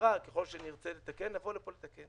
ככל שנרצה לתקן, נבוא לפה לתקן.